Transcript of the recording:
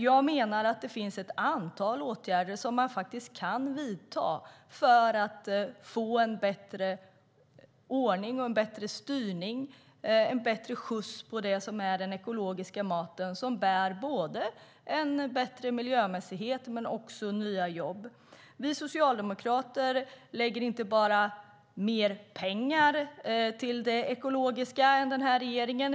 Jag menar att det finns ett antal åtgärder som man kan vidta för att få bättre ordning, bättre styrning och bättre skjuts på den ekologiska maten. Den bär både en bättre miljömässighet och nya jobb. Vi socialdemokrater lägger inte bara mer pengar på det ekologiska än regeringen.